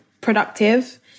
productive